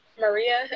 maria